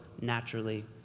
naturally